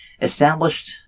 Established